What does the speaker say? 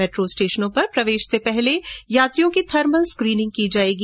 metro स्टेशनों पर प्रवेश से पहले पहले यात्रियों की थर्मल स्क्रीनिंग की जायेगी